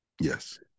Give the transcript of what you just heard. Yes